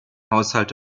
haushalt